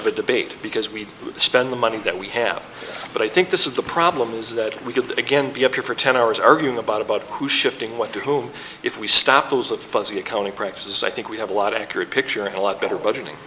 of a debate because we'd spend the money that we have but i think this is the problem is that we could again be up here for ten hours arguing about about who shifting what to whom if we stop bills with fuzzy accounting practices i think we have a lot of accurate picture a lot better budgeting